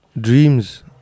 dreams